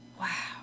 Wow